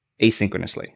asynchronously